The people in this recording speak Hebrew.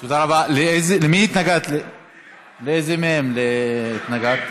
לאיזה מהם התנגדת?